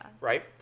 Right